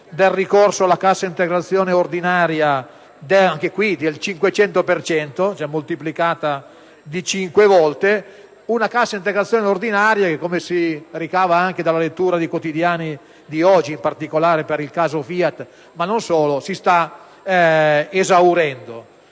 del ricorso alla cassa integrazione ordinaria del 500 per cento (ossia moltiplicata per cinque volte), una cassa integrazione ordinaria - come si ricava anche dalla lettura dei quotidiani di oggi, in particolare relativamente al caso FIAT, ma non solo - che si sta esaurendo.